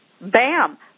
bam